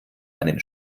einen